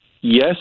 Yes